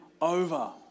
over